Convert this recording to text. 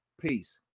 Peace